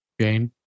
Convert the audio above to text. Jane